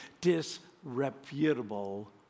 disreputable